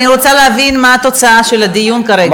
אני רוצה להבין מה התוצאה של הדיון כרגע.